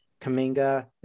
Kaminga